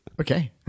Okay